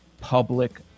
public